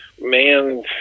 man